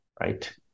right